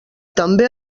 també